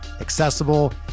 accessible